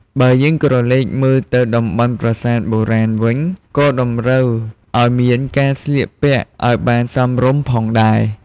បើយើងក្រឡេកទៅមើលតំបន់ប្រាសាទបុរាណវិញក៏តម្រូវឲ្យមានកាស្លៀកពាក់ឲ្យបានសមរម្យផងដែរ។